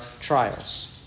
trials